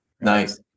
Nice